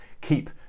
keep